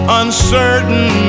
uncertain